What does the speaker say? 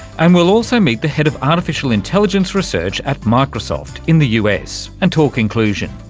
and we'll also meet the head of artificial intelligence research at microsoft in the us and talk inclusion.